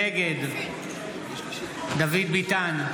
נגד דוד ביטן,